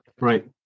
Right